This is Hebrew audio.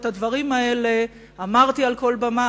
את הדברים האלה אמרתי על כל במה,